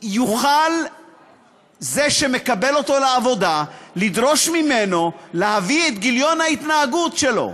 יוכל זה שמקבל אותו לעבודה לדרוש ממנו להביא את גיליון ההתנהגות שלו,